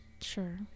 Sure